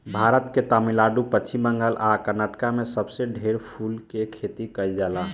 भारत के तमिलनाडु, पश्चिम बंगाल आ कर्नाटक में सबसे ढेर फूल के खेती कईल जाला